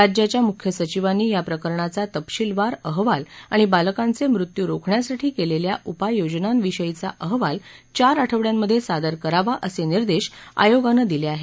राज्याच्या मुख्य सचिवांनी या प्रकरणाचा तपशीलवार अहवाल आणि बालकांचे मृत्यू रोखण्यासाठी केलेल्या उपाय योजनांविषयीचा अहवाल चार आठवड्यांमध्ये सादर करावा असे निर्देश आयोगानं दिले आहेत